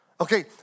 Okay